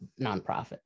nonprofit